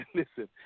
listen